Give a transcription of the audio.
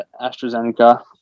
AstraZeneca